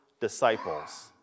disciples